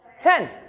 Ten